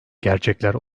gerçekler